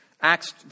Acts